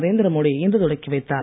நரேந்திரமோடி இன்று தொடக்கி வைத்தார்